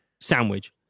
sandwich